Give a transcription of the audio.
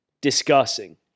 discussing